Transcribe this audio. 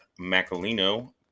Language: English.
Macalino